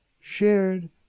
shared